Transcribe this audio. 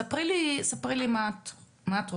ספרי לי מה את רואה.